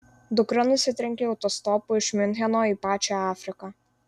dukra nusitrenkė autostopu iš miuncheno į pačią afriką